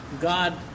God